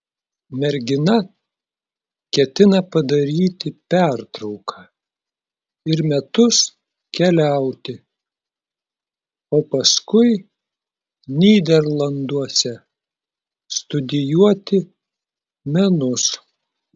mergina ketina padaryti pertrauka ir metus keliauti o paskui nyderlanduose studijuoti menus